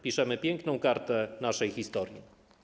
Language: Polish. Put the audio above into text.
Piszemy piękną kartę naszej historii.